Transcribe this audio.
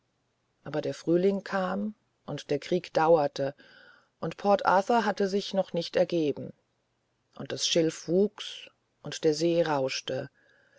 aber der frühling kam und der krieg dauerte und port arthur hatte sich noch nicht ergeben und das schilf wuchs und der see rauschte